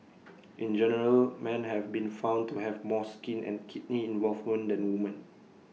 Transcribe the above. in general men have been found to have more skin and kidney involvement than women